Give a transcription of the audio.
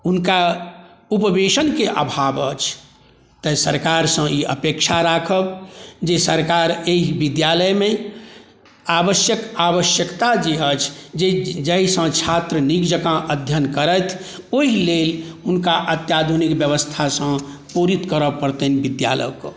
उनका उपवेशनके अभाव अछि तेँ सरकारसँ ई अपेक्षा राखब जे सरकार एहि विद्यालयमे आवश्यक आवश्यकता जे अछि जे जाहिसँ छात्र नीकजकाँ अध्ययन करथि ओहिलेल हुनका अत्याधुनिक बेबस्थासँ पूरित करऽ पड़तनि विद्यालयके